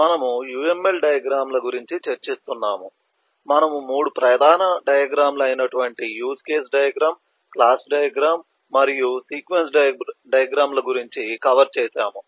మనము UML diagram ల గురించి చర్చిస్తున్నాము మనము 3 ప్రధాన డయాగ్రమ్ లు అయినటువంటి use case diagram class diagram మరియు సీక్వెన్స్ డయాగ్రమ్ ల గురించి కవర్ చేసాము